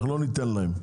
אנחנו לא ניתן להם.